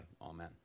Amen